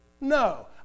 No